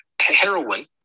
heroin